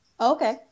Okay